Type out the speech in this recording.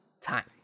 time